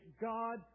God